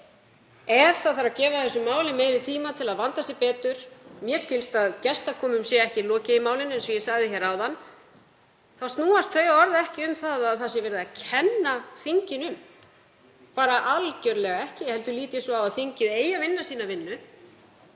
það þarf að gefa þessu máli meiri tíma til að vanda sig betur — mér skilst að gestakomum sé ekki lokið í málinu eins og ég sagði áðan — þá snúast þau orð ekki um að verið sé að kenna þinginu um, bara algerlega ekki, heldur lít ég svo á að þingið eigi að vinna sína vinnu